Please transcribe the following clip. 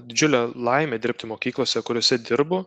didžiulė laimė dirbti mokyklose kuriose dirbu